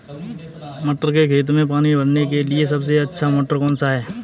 मटर के खेत में पानी भरने के लिए सबसे अच्छा मोटर कौन सा है?